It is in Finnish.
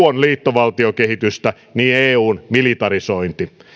on liittovaltiokehitystä niin eun militarisointi